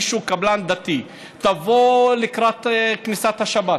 למי שהוא קבלן דתי: תבוא לקראת כניסת השבת,